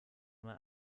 man